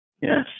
yes